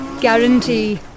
guarantee